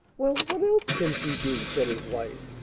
well, what else can she do? said his wife.